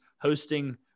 hosting